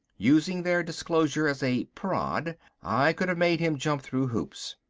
using their disclosure as a prod i could have made him jump through hoops.